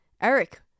eric